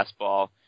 fastball